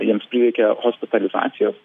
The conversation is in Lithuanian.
jiems prireikia hospitalizacijos